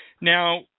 Now